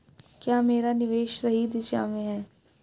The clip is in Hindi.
क्या मेरा निवेश सही दिशा में है?